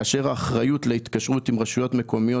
כאשר האחריות להתקשרות עם רשויות מקומיות